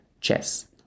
chess